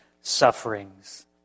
sufferings